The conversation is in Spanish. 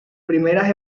primeras